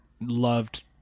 loved